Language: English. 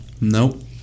Nope